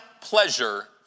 pleasure